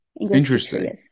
Interesting